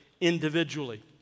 individually